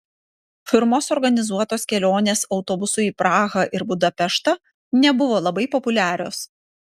firmos organizuotos kelionės autobusu į prahą ir budapeštą nebuvo labai populiarios